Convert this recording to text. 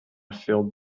filled